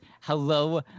Hello